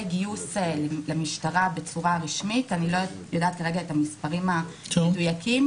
גיוס למשטרה בצורה רשמית אני לא יודעת כרגע את המספרים המדויקים.